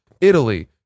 Italy